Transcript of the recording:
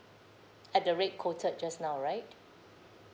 at the rate quoted just now right